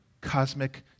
cosmic